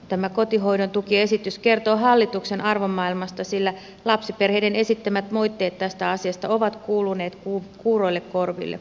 tämä kotihoidon tukiesitys kertoo hallituksen arvomaailmasta sillä lapsiperheiden esittämät moitteet tästä asiasta ovat kuuluneet kuuroille korville